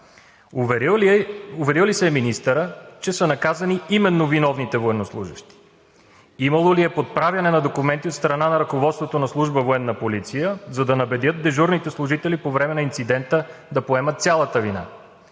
Уверил ли се е министърът, че са наказани именно виновните военнослужещи? Имало ли е подправяне на документи от страна на ръководството на Служба „Военна полиция“, за да набедят дежурните служители по време на инцидента да поемат цялата вина?